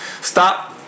Stop